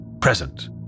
Present